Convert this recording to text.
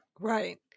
Right